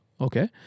okay